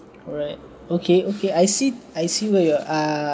alright okay okay I see I see where you are